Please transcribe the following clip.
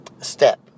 Step